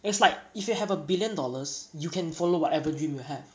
it's like if you have a billion dollars you can follow whatever dream you have